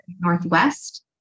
Northwest